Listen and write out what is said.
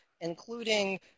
including